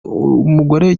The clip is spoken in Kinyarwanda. umugore